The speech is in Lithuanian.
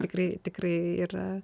tikrai tikrai yra